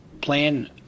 plan